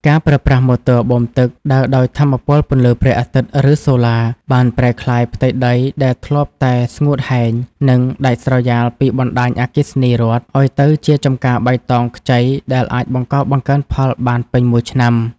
ការប្រើប្រាស់ម៉ូទ័របូមទឹកដើរដោយថាមពលពន្លឺព្រះអាទិត្យ ឬសូឡា បានប្រែក្លាយផ្ទៃដីដែលធ្លាប់តែស្ងួតហែង និងដាច់ស្រយាលពីបណ្ដាញអគ្គិសនីរដ្ឋ ឱ្យទៅជាចម្ការបៃតងខ្ចីដែលអាចបង្កបង្កើនផលបានពេញមួយឆ្នាំ។